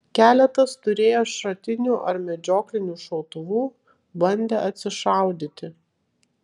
keletas turėję šratinių ar medžioklinių šautuvų bandė atsišaudyti